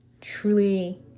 truly